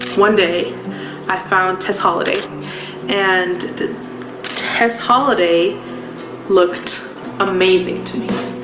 one day i found tess holliday and tess holliday looked amazing to me.